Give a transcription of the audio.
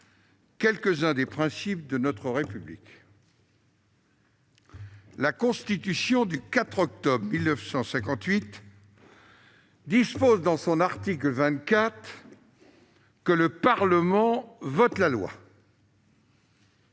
quelques-uns des principes de notre République. La Constitution du 4 octobre 1958 dispose, à l'article 24, que « le Parlement vote la loi